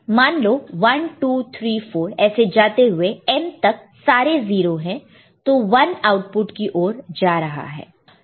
तो मान लो 1 2 3 4 ऐसे जाते हुए m तक सारे 0 है तो 1 आउटपुट की ओर जा रहा है